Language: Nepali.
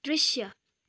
दृश्य